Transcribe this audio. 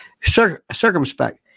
circumspect